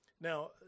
Now